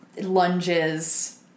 Lunges